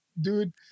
dude